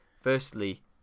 firstly